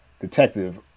detective